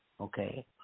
Okay